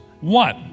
one